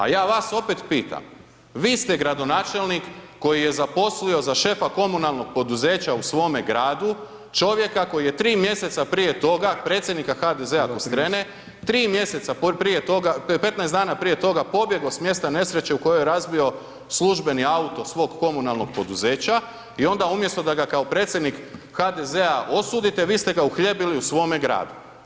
Ali ja vas opet pitam vi ste gradonačelnik koji je zaposlio za šefa komunalnog poduzeća u svome gradu čovjeka koji je 3 mjeseca prije toga, predsjednika HDZ-a Kostrene, 3 mjeseca prije toga, 15 dana prije toga pobjegao s mjesta nesreće u kojoj je razbio službeni auto svog komunalnog poduzeća i onda da ga umjesto kao predsjednik HDZ-a osudite vi ste ga uhljebili u svoje gradu.